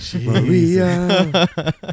Maria